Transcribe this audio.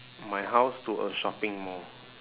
my house to a shopping mall